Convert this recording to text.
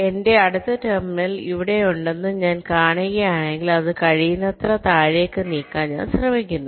എന്റെ അടുത്ത ടെർമിനൽ ഇവിടെയുണ്ടെന്ന് ഞാൻ കാണുകയാണെങ്കിൽ അത് കഴിയുന്നത്ര താഴേക്ക് നീക്കാൻ ഞാൻ ശ്രമിക്കുന്നു